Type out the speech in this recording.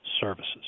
services